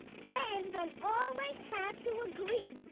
friends don't always have to agree.